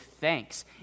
thanks